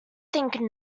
think